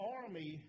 army